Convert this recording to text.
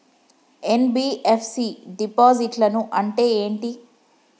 NBFC డిపాజిట్లను అంటే ఏంటి?